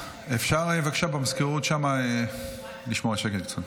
אפשר בבקשה במזכירות שם לשמור על שקט קצת.